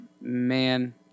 man